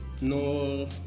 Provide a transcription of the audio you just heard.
no